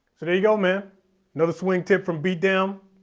so there you go, man another swing tip from beatdown.